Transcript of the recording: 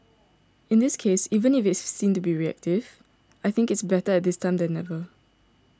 in this case even if seen to be reactive I think it's better at this time than never